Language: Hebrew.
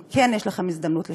אם כן, יש לכם הזדמנות לשנות.